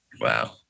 Wow